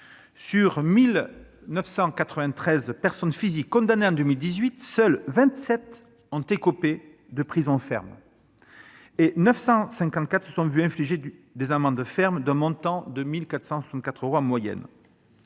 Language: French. sur 1 993 personnes physiques condamnées en 2018, seules 27 ont écopé de prison ferme et 954 se sont vu infliger des amendes fermes d'un montant de 1 464 euros en moyenne.